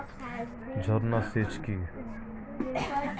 ঝর্না সেচ কি?